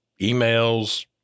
emails